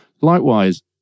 Likewise